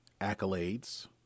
accolades